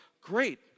Great